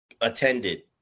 attended